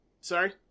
Sorry